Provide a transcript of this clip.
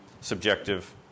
subjective